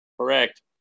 Correct